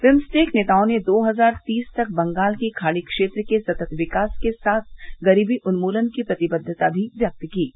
BIMSTEC नेताओं ने दो हजार तीस तक बंगाल की खाड़ी क्षेत्र के सतत् विकास के साथ साथ गरीबी उन्मूलन की प्रतिबद्वता भी व्यक्त की है